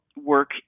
work